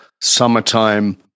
summertime